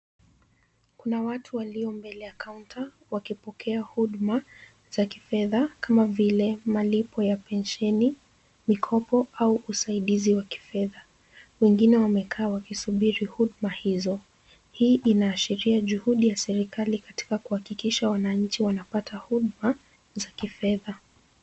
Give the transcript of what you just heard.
Kuna watu walio mbele ya kaunta wakipokea huduma za kifedha kama vile malipo ya pensheni, mikopo au usaidizi wa kifedha. Wengine wamekaa wakisubiri huduma hizo. Hii inaashiria juhudi ya serikali katika kuhakikisha wananchi wanapata huduma za kifedha.